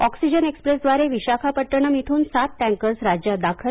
oxygen एक्सप्रेसद्वारे विशाखापड्टणम इथून सात टॅंकर्स राज्यात दाखल